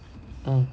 mm